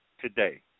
today